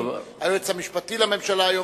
היועץ המשפטי לממשלה היום,